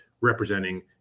representing